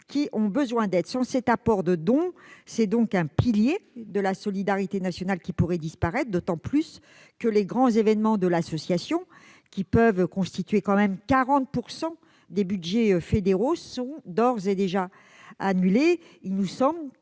qui ont besoin d'aide. Sans cet apport de dons, c'est un pilier de la solidarité nationale qui pourrait disparaître, d'autant plus que les grands événements de l'association, qui peuvent constituer 40 % des budgets fédéraux, sont d'ores et déjà annulés.